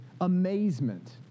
amazement